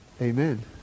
Amen